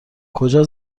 کجا